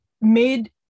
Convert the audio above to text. made